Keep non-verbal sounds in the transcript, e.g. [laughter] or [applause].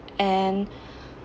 and [breath]